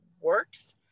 works